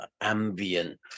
ambient